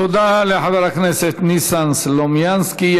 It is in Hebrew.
תודה לחבר הכנסת ניסן סלומינסקי.